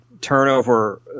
turnover